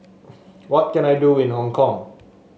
what can I do in Hong Kong